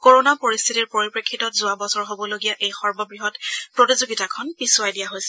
corona পৰিস্থিতিৰ পৰিপ্ৰেক্ষিতত যোৱা বছৰ হ'বলগীয়া এই সৰ্ববৃহৎ প্ৰতিযোগিতাখন পিছুৱাই দিয়া হৈছিল